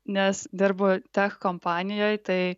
nes dirbu tech kompanijoj tai